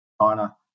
China